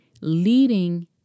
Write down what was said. leading